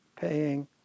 paying